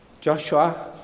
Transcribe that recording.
Joshua